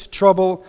trouble